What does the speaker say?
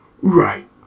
Right